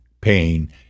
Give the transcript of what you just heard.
pain